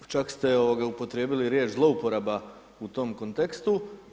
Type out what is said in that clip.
Čak ste upotrijebili riječ zlouporaba u tom kontekstu.